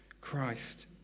Christ